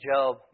Job